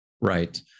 Right